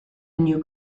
new